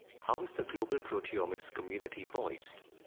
how is the global proteomics community poised?